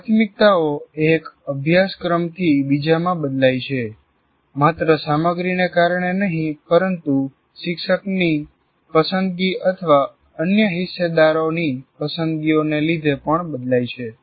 પ્રાથમિકતાઓ એક અભ્યાસક્રમથી બીજામાં બદલાય છે માત્ર સામગ્રીને કારણે નહી પરંતુ શિક્ષકની પસંદગી અથવા અન્ય હિસ્સેદારોની પસંદગીઓને લીધે પણ બદલાય છે